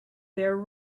there